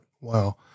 Wow